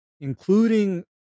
including